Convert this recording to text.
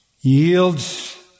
yields